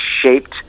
shaped